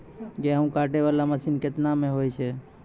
गेहूँ काटै वाला मसीन केतना मे होय छै?